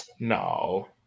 No